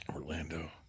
Orlando